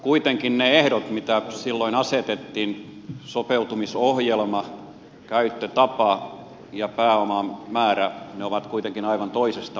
kuitenkin ne ehdot mitä silloin asetettiin sopeutumisohjelma käyttötapa ja pääoman määrä ovat aivan toisesta maailmasta